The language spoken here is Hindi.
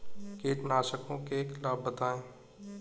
कीटनाशकों के लाभ बताएँ?